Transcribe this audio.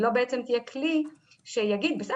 היא לא תהיה בעצם כלי שיגיד 'בסדר,